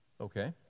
Okay